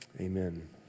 Amen